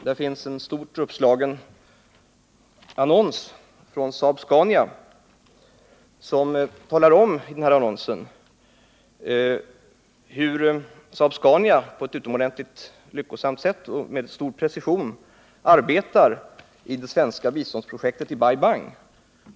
Där finns en stort uppslagen annons från Saab-Scania AB. I annonsen talas det om hur Saab-Scania på ett utomordentligt lyckosamt sätt och med stor precision arbetar med det svenska biståndsprojektet i Bai Bang.